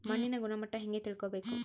ಮಣ್ಣಿನ ಗುಣಮಟ್ಟ ಹೆಂಗೆ ತಿಳ್ಕೊಬೇಕು?